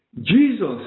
Jesus